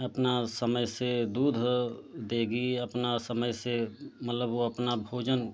अपना समय से दूध देगी अपना समय से मतलब वह अपना भोजन